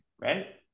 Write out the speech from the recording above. right